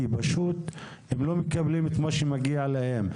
כי פשוט הם לא מקבלים את מה שמגיע להם,